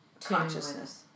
consciousness